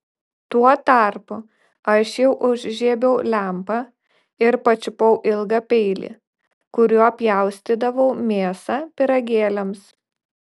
tuo tarpu aš jau užžiebiau lempą ir pačiupau ilgą peilį kuriuo pjaustydavau mėsą pyragėliams